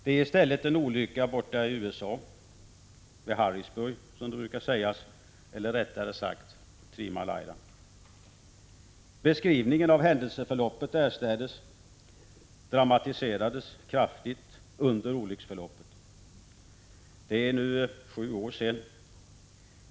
Det är i stället en olycka borta i USA, vid Harrisburg, eller rättare sagt vid Three Mile Island. Beskrivningen av händelseförloppet därstädes dramatiserades kraftigt. Det är nu sju år sedan.